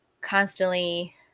constantly